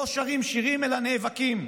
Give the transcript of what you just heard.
לא שרים שירים אלא נאבקים.